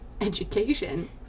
education